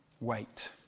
wait